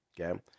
okay